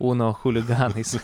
uno chuliganais